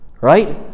right